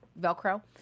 Velcro